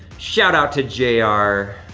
shout-out to j r.